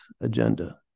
agenda